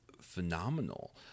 phenomenal